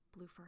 Bluefur